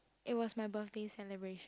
it was my birthday celebration